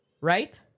Right